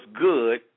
good